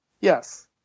Yes